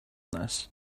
this